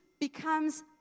becomes